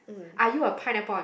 are you a pineapple on